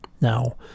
now